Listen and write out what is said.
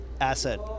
asset